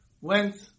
went